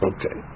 Okay